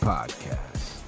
Podcast